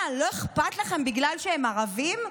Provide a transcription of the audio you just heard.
מה, לא אכפת לכם בגלל שהם ערבים?